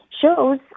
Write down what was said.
shows